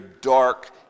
dark